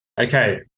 okay